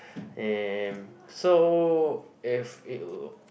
um so if it